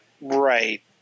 Right